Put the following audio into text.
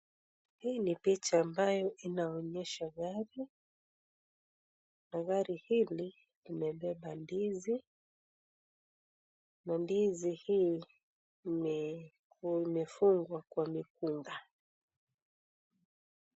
Hii ni picha ambayo inaonyesha gari na gari hili imebeba ndizi na ndizi hii imefungwa kwa mikunga.